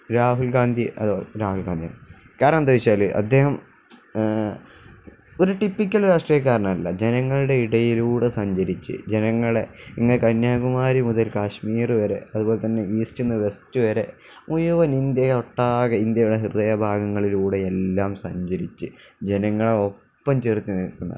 രാഹുൽ ഗാന്ധി രാഹുൽ ഗാന്ധിയാണ് കാരണം എന്താണെന്നുവച്ചാല് അദ്ദേഹം ഒരു ടിപ്പിക്കൽ രാഷ്ട്രീയക്കാരനല്ല ജനങ്ങളുടെ ഇടയിലൂടെ സഞ്ചരിച്ച് ജനങ്ങളെ ഇങ്ങ് കന്യാകുമാരി മുതൽ കാശ്മീര് വരെ അതുപോലെ തന്നെ ഈസ്റ്റില്നിന്നു വെസ്റ്റ് വരെ മുഴുവൻ ഇന്ത്യ ഒട്ടാക ഇന്ത്യയുടെ ഹൃദയ ഭാഗങ്ങളിലൂടെ എല്ലാം സഞ്ചരിച്ച് ജനങ്ങളെ ഒപ്പം ചേർത്തുനിൽക്കുന്ന